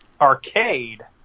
Arcade